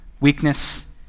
weakness